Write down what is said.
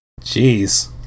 Jeez